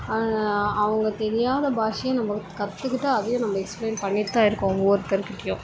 அவங்க தெரியாத பாஷையை நம்ம கற்றுக்கிட்டு அதையும் நம்ம எக்ஸ்ப்ளைன் பண்ணிட்டு தான் இருக்கோம் ஒவ்வொருத்தருக்கிட்டயும்